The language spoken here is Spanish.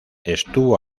estuvo